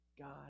God